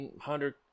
hundred